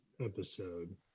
episode